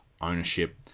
ownership